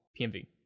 PMV